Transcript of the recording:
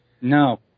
No